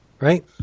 right